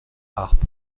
harpe